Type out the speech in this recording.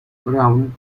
brown